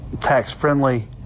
tax-friendly